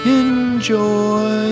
enjoy